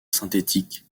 synthétique